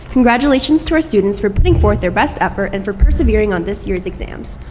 congratulations to our students for putting forth their best effort and for persevering on this years exams.